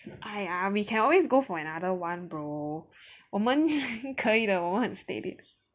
!aiya! we can always go for another one bro 我们可以 though